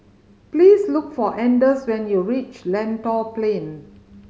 please look for Anders when you reach Lentor Plain